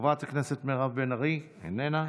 חברת הכנסת מירב בן ארי, איננה,